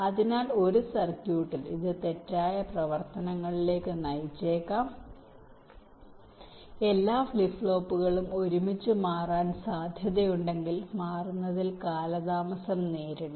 അതിനാൽ ഒരു സർക്യൂട്ടിൽ ഇത് തെറ്റായ പ്രവർത്തനങ്ങളിലേക്ക് നയിച്ചേക്കാം എല്ലാ ഫ്ലിപ്പ് ഫ്ലോപ്പുകളും ഒരുമിച്ച് മാറാൻ സാധ്യതയുണ്ടെങ്കിൽ മാറുന്നതിൽ കാലതാമസം നേരിടുന്നു